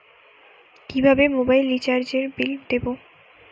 কিভাবে মোবাইল রিচার্যএর বিল দেবো?